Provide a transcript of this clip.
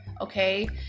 okay